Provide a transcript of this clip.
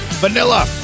Vanilla